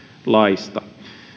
laista